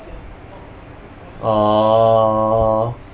orh